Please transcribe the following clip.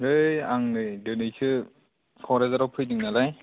नै आं नै दिनैसो क'क्राझाराव फैदों नालाय